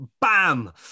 Bam